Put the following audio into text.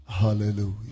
Hallelujah